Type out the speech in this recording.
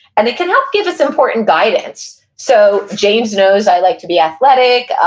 and it can help give us important guidance. so james knows i like to be athletic,